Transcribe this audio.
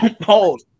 Hold